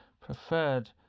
preferred